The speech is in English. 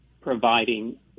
providing